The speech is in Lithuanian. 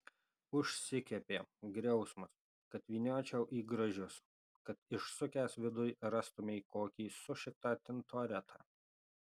užsikepė griausmas kad vyniočiau į gražius kad išsukęs viduj rastumei kokį sušiktą tintoretą